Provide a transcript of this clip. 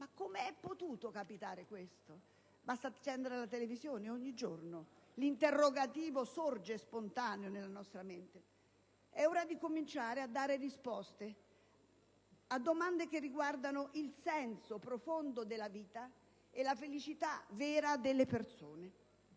ma come è potuto capitare questo? Basta accendere la televisione e ogni giorno l'interrogativo sorge spontaneo nella nostra mente. È ora di cominciare a dare risposte a domande che riguardano il senso profondo della vita e la felicità vera delle persone.